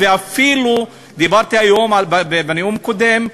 דיברתי היום, בנאום קודם,